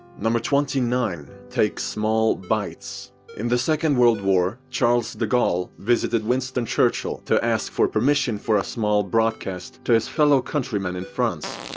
twenty nine take small bites in the second world war charles de gaulle visited winston churchill to ask for permission for a small broadcast to his fellow countrymen in france.